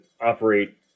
operate